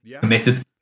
committed